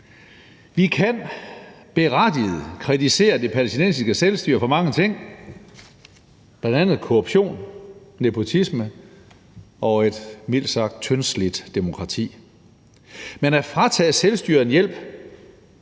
Vi kan berettiget kritisere det palæstinensiske selvstyre for mange ting, bl.a. korruption, nepotisme og et mildt sagt tyndslidt demokrati, men at fratage selvstyret en hjælp